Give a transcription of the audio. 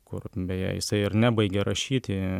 kur beje jisai ir nebaigė rašyti